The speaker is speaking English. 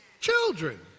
children